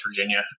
Virginia